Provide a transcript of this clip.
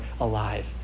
alive